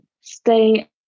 stay